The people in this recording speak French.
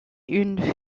une